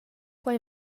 quai